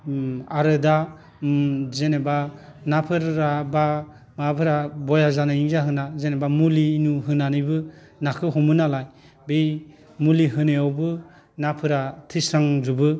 उम आरो दा उम जेनोबा नाफोरा बा माबाफोरा बया जानायनि जाहोना जेनोबा मुलि होनानैबो नाखौ हमोनालाय बै मुलि होनायावबो नाफोरा थैस्रांजोबो